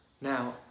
Now